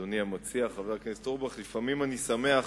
אדוני המציע חבר הכנסת אורבך, לפעמים אני שמח